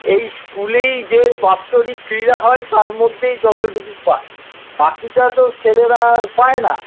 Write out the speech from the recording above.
এই স্কুলেই যে বাৎসরিক ক্রীড়া হয় তার মধ্যেই যতটুকু পায় বাকিটা তো ছেলেরা আর পায়না